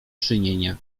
czynienia